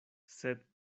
sed